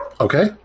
Okay